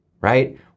right